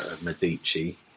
Medici